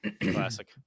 Classic